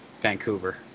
Vancouver